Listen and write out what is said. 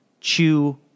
chew